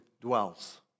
dwells